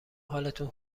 حالتون